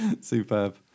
Superb